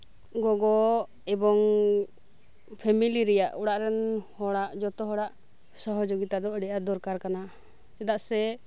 ᱜᱚᱜᱚ ᱮᱵᱚᱝ ᱯᱷᱮᱢᱮᱞᱤ ᱨᱮᱭᱟᱜ ᱚᱲᱟᱜ ᱨᱮᱱ ᱦᱚᱲᱟᱜ ᱡᱷᱚᱛᱚ ᱦᱚᱲᱟᱜ ᱥᱚᱦᱚᱡᱳᱜᱤᱛᱟ ᱫᱚ ᱟᱰᱤ ᱟᱸᱴ ᱫᱚᱨᱠᱟᱨ ᱠᱟᱱᱟ ᱪᱟᱫᱟᱜ ᱥᱮ